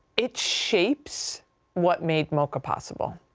it shapes what made moca possible.